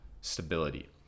stability